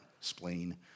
spleen